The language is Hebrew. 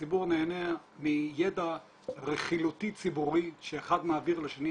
הציבור נהנה מידע רכילותי ציבורי שאחד מעביר לשני,